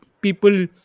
people